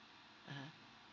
mmhmm